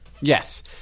Yes